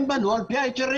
הם בנו על פי ההיתרים,